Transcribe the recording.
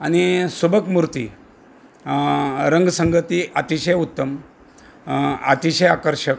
आणि सुबक मूर्ती रंगसंगति अतिशय उत्तम अतिशय आकर्षक